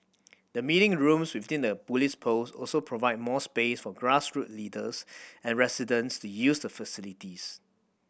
the meeting rooms within the police post also provide more space for grassroots leaders and residents to use the facilities